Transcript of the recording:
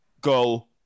go